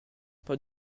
pas